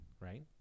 right